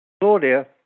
Claudia